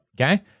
Okay